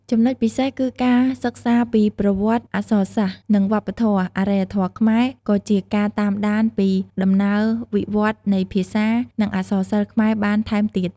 ចំណុចពិសេសគឺការសិក្សាពីប្រវត្តិអក្សរសាស្ត្រ និងវប្បធម៌ អរិយធម៌ខ្មែរ ក៏ជាការតាមដានពីដំណើរវិវត្តន៍នៃភាសា និងអក្សរសិល្ប៍ខ្មែរបានថែមទៀត។